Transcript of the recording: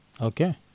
Okay